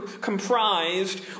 comprised